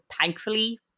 thankfully